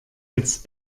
jetzt